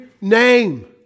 name